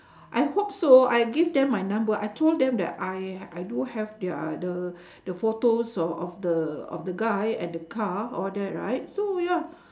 I hope so I gave them my number I told them that I I do have their the the photos o~ of the of the guy and the car all that right so ya